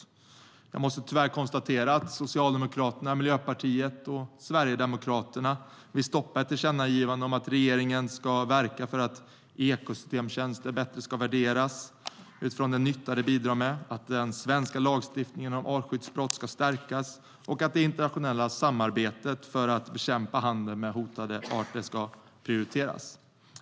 Jag måste tyvärr konstatera att Socialdemokraterna, Miljöpartiet och Sverigedemokraterna vill stoppa ett tillkännagivande om att regeringen ska verka för att ekosystemtjänster ska värderas bättre utifrån den nytta de bidrar med, att den svenska lagstiftningen om artskyddsbrott ska stärkas och att det internationella samarbetet för att bekämpa handeln med hotade arter ska prioriteras.